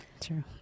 True